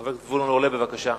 חבר הכנסת זבולון אורלב, בבקשה.